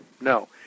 no